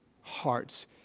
hearts